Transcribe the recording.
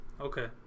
Okay